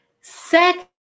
Second